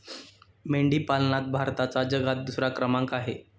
मेंढी पालनात भारताचा जगात दुसरा क्रमांक आहे